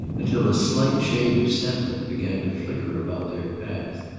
until a slight shade of sentiment began to flicker about their path.